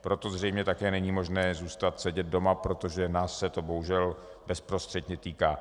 Proto zřejmě také není možné zůstat sedět doma, protože nás se to bohužel bezprostředně týká.